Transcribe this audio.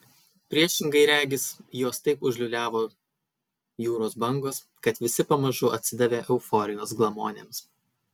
priešingai regis juos taip užliūliavo jūros bangos kad visi pamažu atsidavė euforijos glamonėms